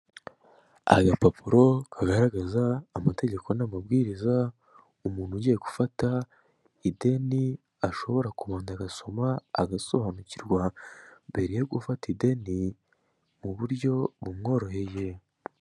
Agapapuro kagaragaza amategeko namabwiriza umuntu ugiye gufata ideni ashobora kubanza agasoma agasobanukirwa mbere yo gufata ideni mu buryo bumworoheye.